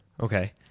okay